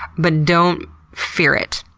but don't fear it.